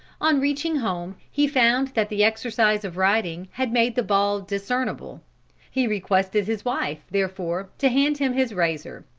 on reaching home he found that the exercise of riding had made the ball discernable he requested his wife, therefore, to hand him his razor.